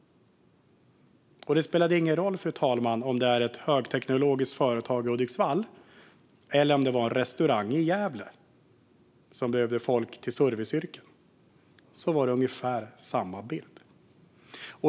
Det spelade ingen roll om det var ett högteknologiskt företag i Hudiksvall eller en restaurang i Gävle som behövde folk till serviceyrket. De hade ungefär samma bild.